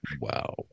Wow